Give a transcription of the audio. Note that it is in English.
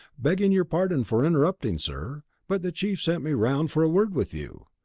begging your pardon for interrupting, sir, but the chief sent me around for a word with you.